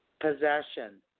possession